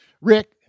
Rick